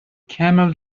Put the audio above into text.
camel